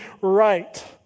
right